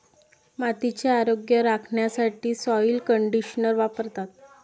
मातीचे आरोग्य राखण्यासाठी सॉइल कंडिशनर वापरतात